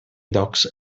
docks